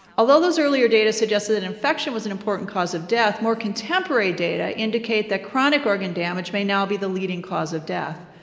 although this earlier data suggested that infection was an important cause of death, more contemporary data indicate that chronic organ damage may now be the leading cause of death.